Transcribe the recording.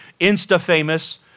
insta-famous